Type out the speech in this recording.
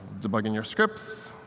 but and your scripts,